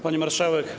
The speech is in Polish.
Pani Marszałek!